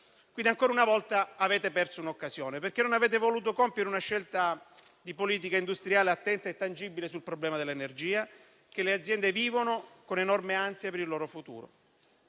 ma ancora una volta l'avete persa, perché non avete voluto compiere una scelta di politica industriale attenta e tangibile sul problema dell'energia, che le aziende vivono con enorme ansia per il loro futuro.